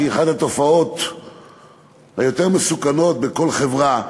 שהיא אחת התופעות היותר-מסוכנות בכל חברה,